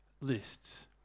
lists